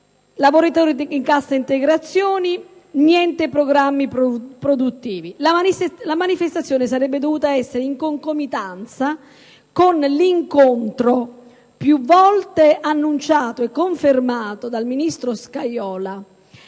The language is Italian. lavoratori in cassa integrazione, niente programmi produttivi. La manifestazione avrebbe dovuto essere in concomitanza con l'incontro, più volte annunciato e confermato, con il ministro Scajola.